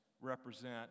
represent